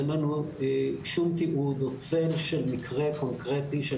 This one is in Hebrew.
אין לנו שום תיעוד או צל של מקרה קונקרטי של